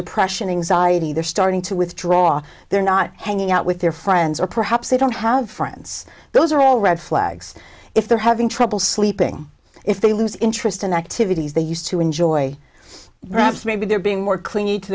depression anxiety they're starting to withdraw they're not hanging out with their friends or perhaps they don't have friends those are all red flags if they're having trouble sleeping if they lose interest in activities they used to enjoy rats maybe they're being more clean